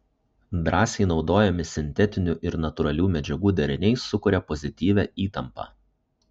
drąsiai naudojami sintetinių ir natūralių medžiagų deriniai sukuria pozityvią įtampą